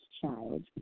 child